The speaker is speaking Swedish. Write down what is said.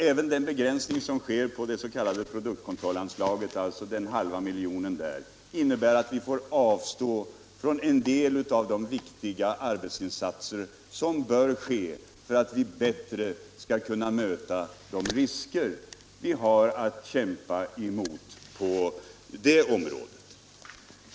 Även den begränsning som sker av det s.k. produktkontrollanslaget — den halva miljonen — innebär att vi får avstå från en del av de viktiga arbetsinsatser som bör göras för att vi bättre skall kunna möta de risker vi har att kämpa mot när det gäller farliga ämnen.